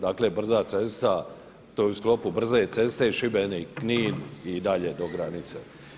Dakle brza cesta, to je u sklopu brze ceste Šibenik-Knin i dalje do granice.